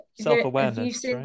self-awareness